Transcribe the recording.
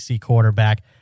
quarterback